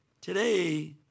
Today